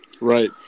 Right